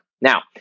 Now